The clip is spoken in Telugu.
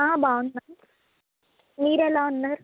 బాగున్నాను మీరెలా ఉన్నారు